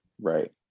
Right